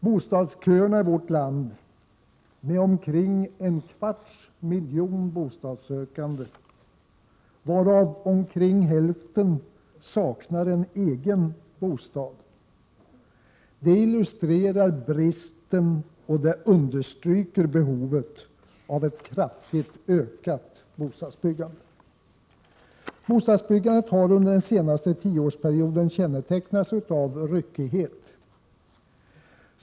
Bostadsköerna i vårt land med omkring en kvarts miljon bostadssökande, varav omkring hälften saknar en egen bostad, illustrerar bristen och understryker behovet av ett kraftigt ökat bostadsbyggande. Bostadsbyggandet har under den senaste tioårsperioden kännetecknats av ryckighet.